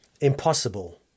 impossible